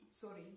sorry